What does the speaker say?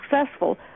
successful